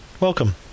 welcome